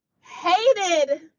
hated